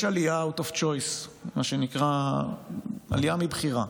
יש עלייה out of choice, מה שנקרא עלייה מבחירה.